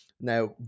Now